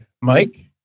Mike